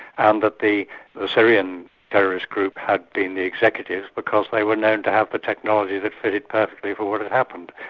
and that the syrian terrorist group had been the executives because they were known to have the technology that fitted perfectly for what had happened.